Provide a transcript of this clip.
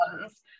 ones